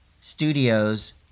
studios